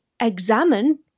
examine